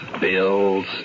Bills